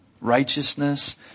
righteousness